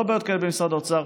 לא בעיות כאלה במשרד האוצר,